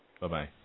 Bye-bye